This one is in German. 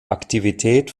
aktivität